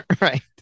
Right